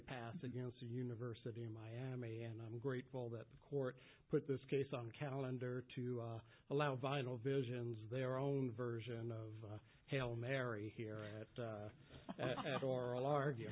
pass against the university of miami and i'm grateful that the court put this case on the calendar to allow vital visions their own version of hail mary here at oral arg